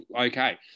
okay